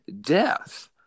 death